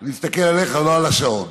אני מסתכל עליך, לא על השעון,